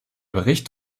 bericht